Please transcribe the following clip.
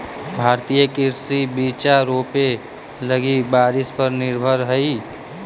भारतीय कृषि बिचा रोपे लगी बारिश पर निर्भर हई